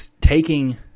taking